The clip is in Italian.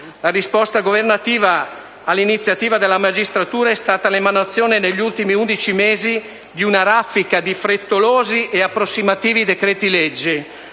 La risposta governativa all'iniziativa della magistratura è stata l'emanazione, negli ultimi undici mesi, di una raffica di frettolosi e approssimativi decreti‑legge